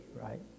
right